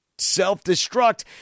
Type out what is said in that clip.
self-destruct